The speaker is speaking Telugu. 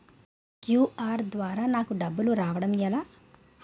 క్యు.ఆర్ ద్వారా నాకు డబ్బులు రావడం ఎలా?